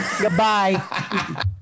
Goodbye